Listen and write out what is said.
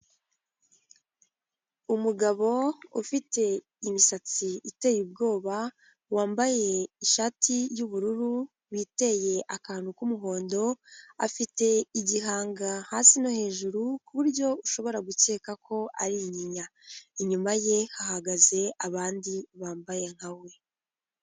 Umugabo ufite imisatsi iteye ubwoba, wambaye ishati y'ubururu, witeye akantu k'umuhondo, afite igihanga hasi no hejuru, ku buryo ushobora gukeka ko ari inyinya, inyuma ye hahagaze abandi bambaye nka we.